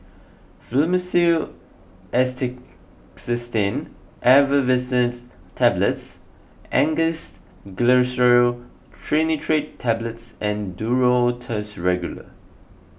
Fluimucil Acetylcysteine Effervescent Tablets Angised Glyceryl Trinitrate Tablets and Duro Tuss Regular